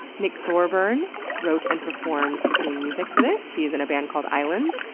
nick thorburn wrote and performed the music for this. he's in a band called, islands.